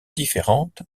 différentes